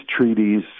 treaties